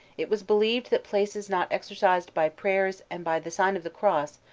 it was believed that places not exorcised by prayers and by the sign of the cross,